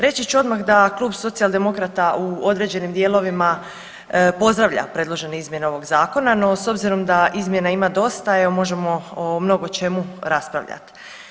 Reći ću odmah da Klub Socijaldemokrata u određenim dijelovima pozdravlja predložene izmjene ovog zakona, no s obzirom da izmjena ima dosta evo možemo o mnogo čemu raspravljat.